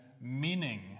meaning